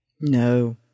No